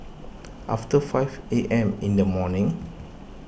after five A M in the morning